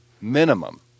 minimum